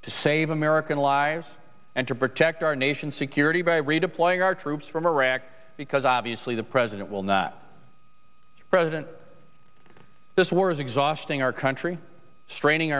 to save american lives and to protect our nation's security by redeploying our troops from iraq because obviously the president will not present this war is exhausting our country straining